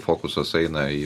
fokusas eina į